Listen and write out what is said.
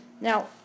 Now